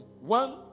One